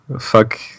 fuck